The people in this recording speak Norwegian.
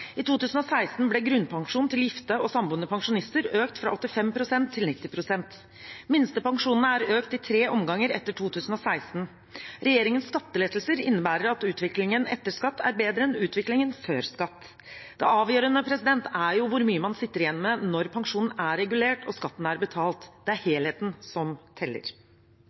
I 2016 ble grunnpensjonen til gifte og samboende pensjonister økt fra 85 til 90 pst., og minstepensjonen er økt i tre omganger etter 2016. Regjeringens skattelettelser innebærer at utviklingen etter skatt er bedre enn utviklingen før skatt. Det avgjørende er hvor mye man sitter igjen med når pensjonen er regulert og skatten betalt. Det er helheten som teller.